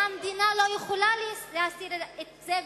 והמדינה לא יכולה להסתיר את זה,